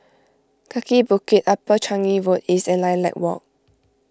Kaki Bukit Upper Changi Road East and Lilac Walk